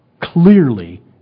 clearly